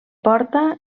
porta